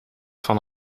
van